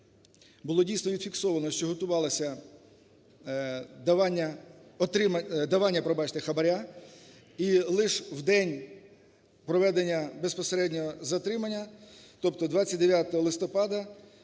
було дійсно зафіксовано, що готувалося давання хабара, і лише в день проведення безпосередньо затримання, тобто 29 листопада